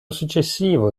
successivo